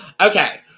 Okay